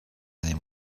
name